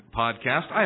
podcast